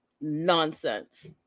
Nonsense